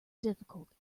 difficult